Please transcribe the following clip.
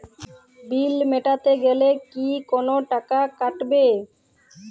বিল মেটাতে গেলে কি কোনো টাকা কাটাবে?